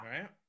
right